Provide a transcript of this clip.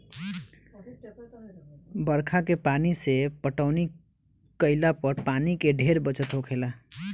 बरखा के पानी से पटौनी केइला पर पानी के ढेरे बचत होखेला